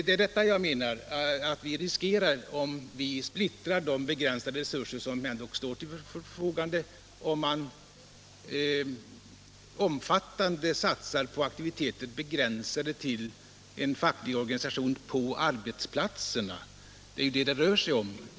Det är sådant som jag menar att vi riskerar att förstöra om vi splittrar de begränsade resurser som står till förfogande och satsar stort på aktiviteter begränsade till en facklig organisation på arbetsplatserna. Det är ju det det rör sig om.